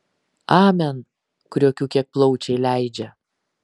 amen kriokiu kiek plaučiai leidžia